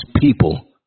people